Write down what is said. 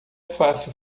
fácil